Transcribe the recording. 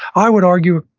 i would argue,